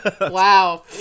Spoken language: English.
Wow